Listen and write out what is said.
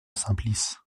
simplice